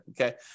okay